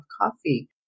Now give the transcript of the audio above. coffee